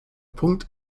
punkt